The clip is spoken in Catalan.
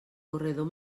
corredor